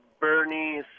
bernie